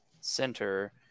center